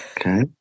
Okay